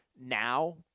now